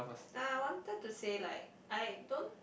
uh I wanted to say like I don't